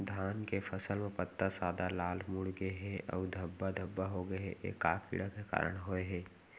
धान के फसल म पत्ता सादा, लाल, मुड़ गे हे अऊ धब्बा धब्बा होगे हे, ए का कीड़ा के कारण होय हे?